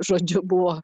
žodžiu buvo